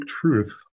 truth